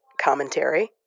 commentary